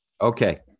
Okay